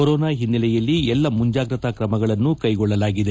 corona ಹಿನ್ನೆಲೆಯಲ್ಲಿ ಎಲ್ಲ ಮುಂಜಾಗ್ರತಾ ಕ್ರಮಗಳನ್ನು ಕೈಗೊಳ್ಳಲಾಗಿದೆ